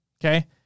Okay